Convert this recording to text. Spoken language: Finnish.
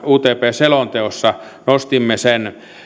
utp selonteossa nostimme sen